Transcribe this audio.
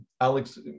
Alex